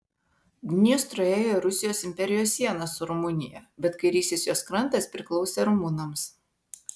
dniestru ėjo ir rusijos imperijos siena su rumunija bet kairysis jos krantas priklausė rumunams